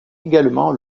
également